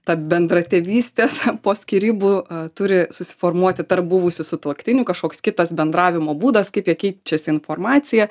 ta bendratėvystės po skyrybų turi susiformuoti tarp buvusių sutuoktinių kažkoks kitas bendravimo būdas kaip jie keičiasi informacija